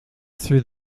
through